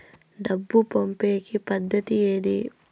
డబ్బు పంపేకి పద్దతి ఏది